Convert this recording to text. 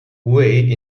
way